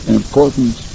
important